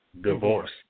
Divorce